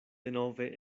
denove